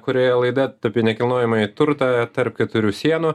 kurioje laidat apie nekilnojamąjį turtą tarp keturių sienų